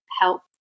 help